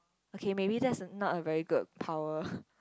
okay maybe that is not a very good power